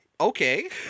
Okay